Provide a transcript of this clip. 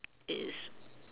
it is